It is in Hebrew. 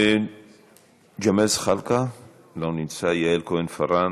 ג'מאל זחאלקה, לא נמצא, יעל כהן-פארן,